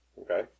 Okay